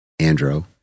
Andro